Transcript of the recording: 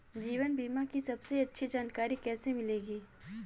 जीवन बीमा की सबसे अच्छी जानकारी कैसे मिलेगी?